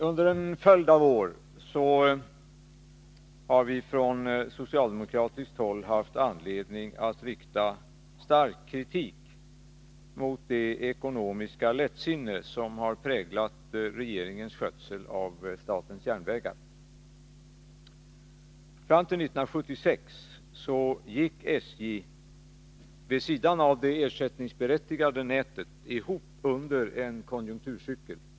Herr talman! Under en följd av år har vi från socialdemokratiskt håll haft anledning att rikta stark kritik mot det ekonomiska lättsinne som har präglat regeringens skötsel av SJ. Fram till 1976 gick SJ, vid sidan av det ersättningsberättigade nätet, ihop under en konjunkturcykel.